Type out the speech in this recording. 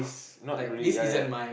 not really ya ya